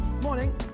Morning